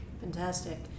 Fantastic